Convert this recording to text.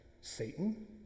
Satan